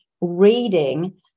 reading